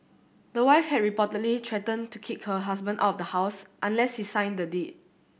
the wife had reportedly threatened to kick her husband of the house unless he signed the deed